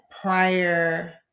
prior